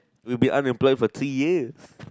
we will be unemployed for three years